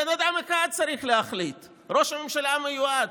בן אדם אחד צריך להחליט, ראש הממשלה המיועד.